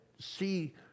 see